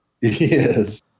Yes